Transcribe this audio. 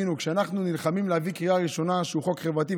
תבינו: כשאנחנו נלחמים להביא קריאה ראשונה משהו שהוא חוק חברתי,